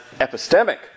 epistemic